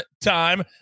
time